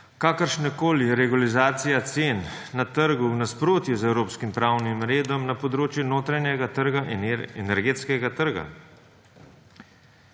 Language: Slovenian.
kakršnakoli regulacija cen na trgu v nasprotju z evropskim pravnim redom na področju notranjega trga in energetskega trga.